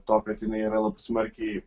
to kad jinai yra labai smarkiai